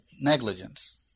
negligence